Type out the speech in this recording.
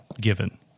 given